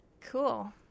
Cool